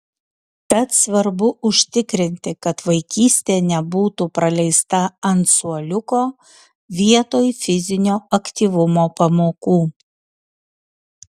tad svarbu užtikrinti kad vaikystė nebūtų praleista ant suoliuko vietoj fizinio aktyvumo pamokų